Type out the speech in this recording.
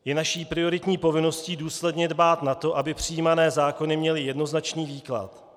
Je naší prioritní povinností důsledně dbát na to, aby přijímané zákony měly jednoznačný výklad.